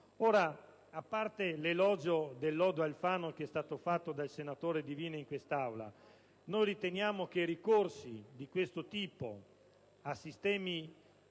Ora, a parte l'elogio del lodo Alfano fatto dal senatore Divina in quest'Aula, noi riteniamo che ricorsi di questo tipo a sistemi